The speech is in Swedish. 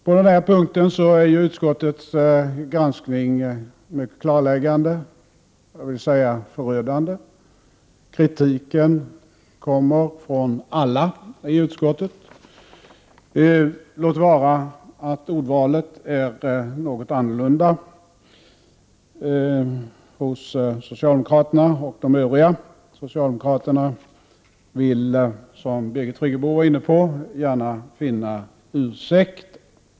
På den här punkten är utskottets granskning mycket klarläggande, jag vill säga förödande. Kritiken kommer från alla i utskottet, låt vara att ordvalet är något annorlunda hos socialdemokraterna än hos de övriga. Socialdemokraterna vill, som Birgit Friggebo var inne på, gärna finna ursäkter.